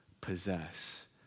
possess